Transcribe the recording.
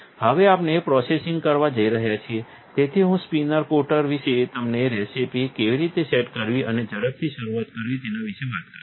હવે આપણે પ્રોસેસિંગ કરવા જઈ રહ્યા છીએ તેથી હું સ્પિન કોટર વિશે અને રેસિપિ કેવી રીતે સેટ કરવી અને ઝડપી શરૂઆત કરવી તેના વિશે વાત કરીશ